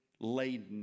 laden